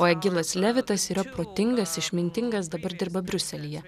o egilas levitas yra protingas išmintingas dabar dirba briuselyje